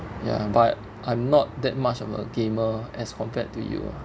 ya but I'm not that much of a gamer as compared to you